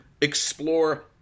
explore